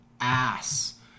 ass